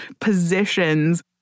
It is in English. positions